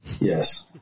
Yes